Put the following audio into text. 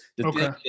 Okay